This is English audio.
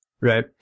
Right